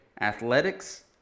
athletics